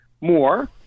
more